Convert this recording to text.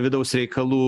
vidaus reikalų